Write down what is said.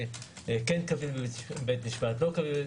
וכן קביל בבית משפט או לא קביל.